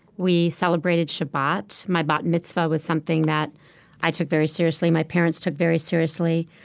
we celebrated shabbat. my bat mitzvah was something that i took very seriously, my parents took very seriously.